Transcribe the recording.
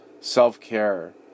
self-care